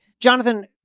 Jonathan